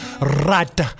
right